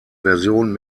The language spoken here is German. versionen